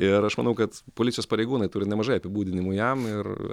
ir aš manau kad policijos pareigūnai turi nemažai apibūdinimų jam ir